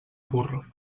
burra